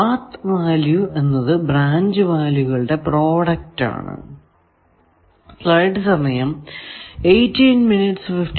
path value എന്നത് branch വാല്യൂകളുടെ product ആണ്